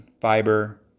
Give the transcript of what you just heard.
fiber